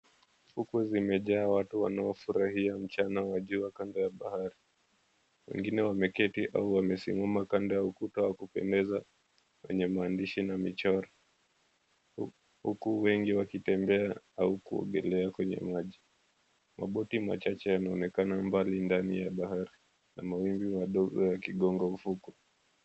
Fukwe zimejaa watu wanaofurahia mchana wa jua kando ya bahari. Wengine wameketi au wamesimama kando ya ukuta wa kupeneza wenye maandishi na michoro huku wengi wakitembea au wakiogelea kwenye maji . Maboti mawili yanaonekana mbali ndani ya bahari na mawimbi madogo yakigonga ufuko.